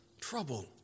trouble